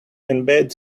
embed